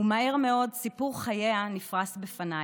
ומהר מאוד סיפור חייה נפרס בפניי: